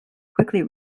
quickly